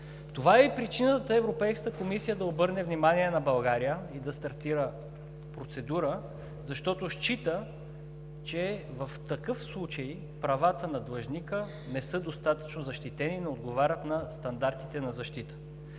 Това е и причината Европейската комисия да обърне внимание на България и да стартира процедура, защото счита, че в такъв случай правата на длъжника не са достатъчно защитени, не отговарят на стандартите на защита.